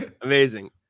amazing